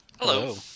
hello